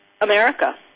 America